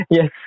Yes